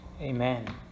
Amen